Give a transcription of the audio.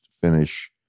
finish